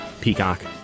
Peacock